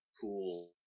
cool